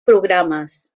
programes